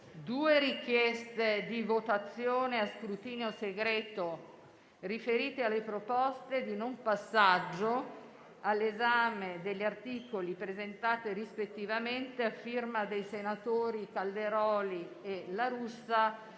due richieste di votazione a scrutinio segreto riferite alle proposte di non passaggio all'esame degli articoli presentate rispettivamente a firma dei senatori Calderoli e La Russa.